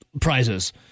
prizes